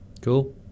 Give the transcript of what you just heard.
cool